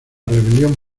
rebelión